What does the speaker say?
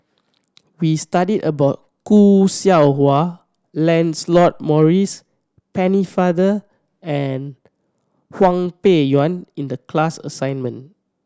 we studied about Khoo Seow Hwa Lancelot Maurice Pennefather and Hwang Peng Yuan in the class assignment